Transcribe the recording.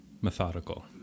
methodical